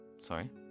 Sorry